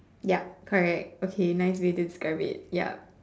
ya correct okay nice way to describe it ya